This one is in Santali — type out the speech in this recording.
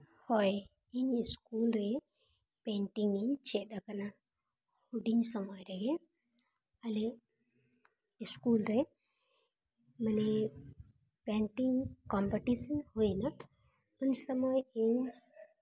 ᱦᱳᱭ ᱤᱧ ᱥᱠᱩᱞ ᱨᱮ ᱯᱮᱱᱴᱤᱝ ᱤᱧ ᱪᱮᱫ ᱟᱠᱟᱱᱟ ᱦᱩᱰᱤᱧ ᱥᱚᱢᱚᱭ ᱨᱮᱜᱮ ᱟᱞᱮ ᱥᱠᱩᱞ ᱨᱮ ᱢᱟᱱᱮ ᱯᱮᱱᱴᱤᱝ ᱠᱚᱢᱯᱤᱴᱤᱥᱚᱱ ᱦᱩᱭᱮᱱᱟ ᱩᱱ ᱥᱚᱢᱚᱭ ᱤᱧ